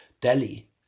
Delhi